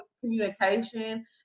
communication